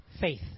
Faith